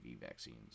vaccines